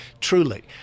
truly